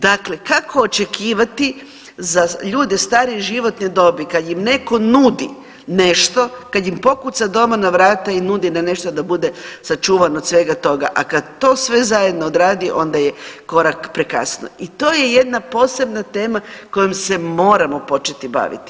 Dakle, kako očekivati za ljude starije životne dobi kad im netko nudi nešto, kad im pokuca doma na vrata i nudi da nešto da bude sačuvano od svega toga, a kad to sve zajedno odradi onda je korak prekasno i to je jedna posebna tema kojom se moramo početi baviti.